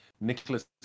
nicholas